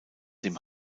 dem